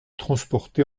transporté